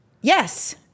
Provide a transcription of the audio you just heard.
Yes